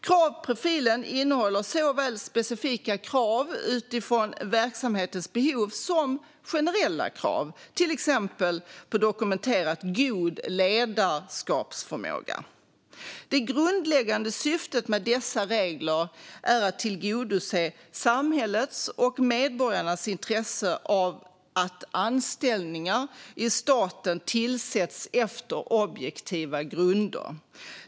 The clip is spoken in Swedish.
Kravprofilen innehåller såväl specifika krav utifrån verksamhetens behov som generella krav, till exempel på dokumenterat god ledarskapsförmåga. Det grundläggande syftet med dessa regler är att tillgodose samhällets och medborgarnas intresse av att anställningar i staten tillsätts efter objektiva grunder.